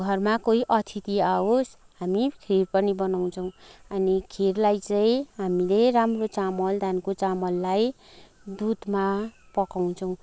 अब घरमा कोही अथिति आवोस् हामी खिर पनि बनाउँछौँ अनि खिरलाई चाहिँ हामीले राम्रो चामल धानको चामललाई दुधमा पकाउँछौँ